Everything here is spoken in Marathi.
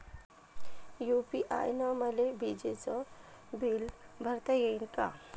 यू.पी.आय न मले विजेचं बिल भरता यीन का?